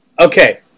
Okay